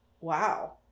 Wow